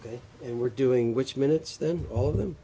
ok and we're doing which minutes then all of them